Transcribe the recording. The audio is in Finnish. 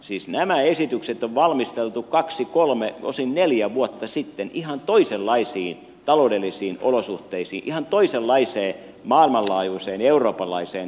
siis nämä esitykset on valmisteltu kaksi kolme osin neljä vuotta sitten ihan toisenlaisiin taloudellisiin olosuhteisiin ihan toisenlaiseen maailmanlaajuiseen euroopan laajuiseen taloudelliseen viitekehykseen